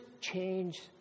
change